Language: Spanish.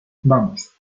vamos